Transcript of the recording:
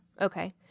Okay